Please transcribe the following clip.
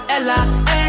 Ella